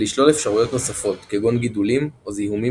ולשלול אפשרויות נוספות כגון גידולים או זיהומים